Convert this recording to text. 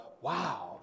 Wow